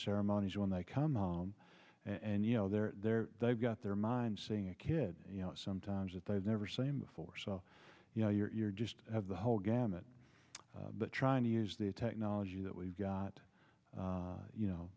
ceremonies when they come out and you know they're there they've got their mind seeing a kid you know sometimes that they've never seen before so you know you're just the whole gamut but trying to use the technology that we've got you know